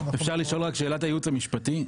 אפשר לשאול שאלה את הייעוץ המשפטי?